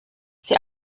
sie